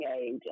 age